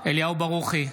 אליהו ברוכי,